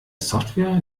software